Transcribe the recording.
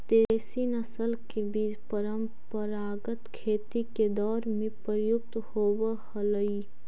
देशी नस्ल के बीज परम्परागत खेती के दौर में प्रयुक्त होवऽ हलई